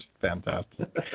Fantastic